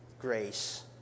grace